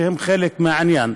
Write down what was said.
שהם חלק מהעניין,